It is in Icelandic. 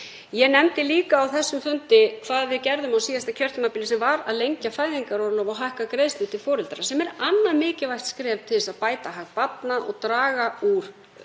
Ég nefndi líka á þessum fundi hvað við gerðum á síðasta kjörtímabili, sem var að lengja fæðingarorlof og hækka greiðslur til foreldra, sem er annað mikilvægt skref til að bæta hag barna og draga úr